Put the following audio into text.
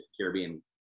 Caribbean